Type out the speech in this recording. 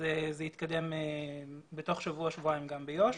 זה יתקדם בתוך שבוע-שבועיים גם באיו"ש.